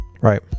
right